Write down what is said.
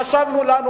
חשבנו לנו,